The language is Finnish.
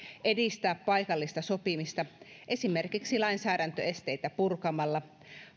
edistää paikallista sopimista esimerkiksi lainsäädäntöesteitä purkamalla